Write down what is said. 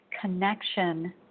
connection